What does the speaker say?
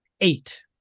eight